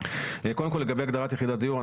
קודם כל לגבי הגדרת יחידת דיור,